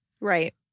Right